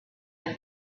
and